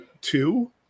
two